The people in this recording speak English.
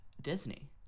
Disney